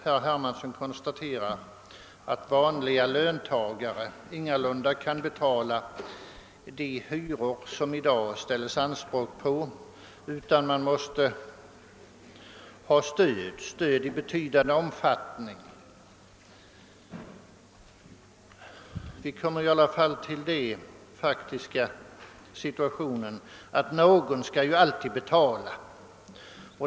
Han konstaterar att vanliga löntagare ingalunda kan betala de hyror som det i dag ställs anspråk på utan att de måste ha stöd i betydande omfattning. Vi kommer väl i alla fall till den faktiska situationen att någon alltid skall betala.